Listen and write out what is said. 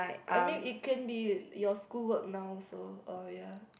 I mean it can be your school work now also or ya